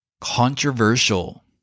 Controversial